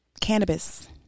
cannabis